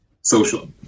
social